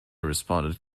responded